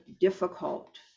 difficult